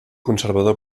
conservador